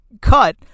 cut